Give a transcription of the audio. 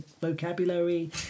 vocabulary